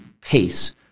pace